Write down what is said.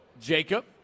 Jacob